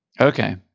Okay